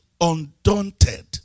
undaunted